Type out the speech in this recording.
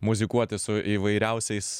muzikuoti su įvairiausiais